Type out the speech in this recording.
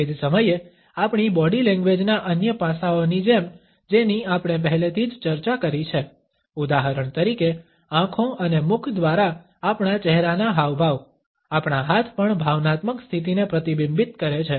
તે જ સમયે આપણી બોડી લેંગ્વેજ ના અન્ય પાસાઓની જેમ જેની આપણે પહેલેથી જ ચર્ચા કરી છે ઉદાહરણ તરીકે આંખો અને મુખ દ્વારા આપણા ચહેરાના હાવભાવ આપણા હાથ પણ ભાવનાત્મક સ્થિતિને પ્રતિબિંબિત કરે છે